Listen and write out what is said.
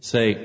Say